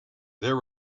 there